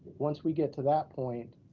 once we get to that point,